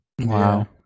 Wow